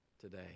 today